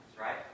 right